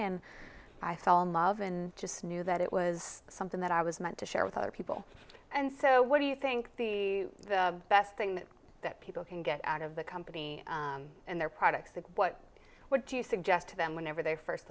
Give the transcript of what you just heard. and i fell in love in just knew that it was something that i was meant to share with other people and so what do you think the best thing that people can get out of the company and their products that what would you suggest to them whenever they first